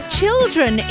children